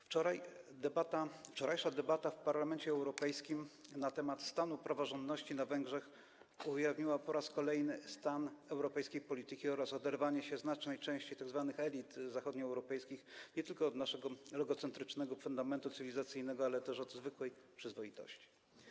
Wczorajsza debata w Parlamencie Europejskim na temat stanu praworządności na Węgrzech ujawniła po raz kolejny stan europejskiej polityki oraz oderwanie się znacznej części tzw. elit zachodnioeuropejskich nie tylko od naszego logocentrycznego fundamentu cywilizacyjnego, ale też od zwykłej przyzwoitości.